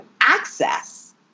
access